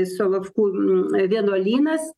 solovkų vienuolynas